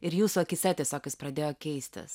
ir jūsų akyse tiesiog jis pradėjo keistis